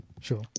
Sure